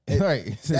Right